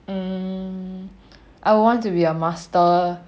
em I want to be a master